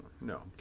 No